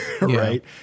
right